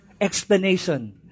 explanation